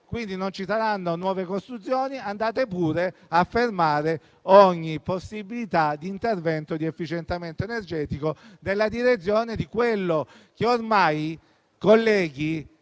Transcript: e non ci saranno nuove costruzioni. Dopo tutto questo, andate pure a fermare ogni possibilità di intervento di efficientamento energetico, nella direzione di quella che ormai, colleghi,